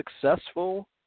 successful